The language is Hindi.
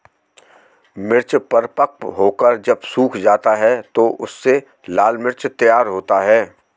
मिर्च परिपक्व होकर जब सूख जाता है तो उससे लाल मिर्च तैयार होता है